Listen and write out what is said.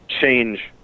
change